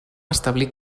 establir